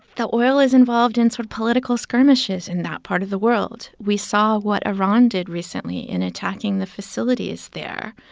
the oil is involved in sort political skirmishes in that part of the world. we saw what iran did recently in attacking the facilities there.